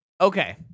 Okay